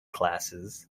classes